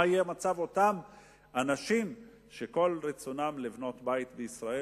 מה יהיה מצב אותם אנשים שכל רצונם לבנות בית בישראל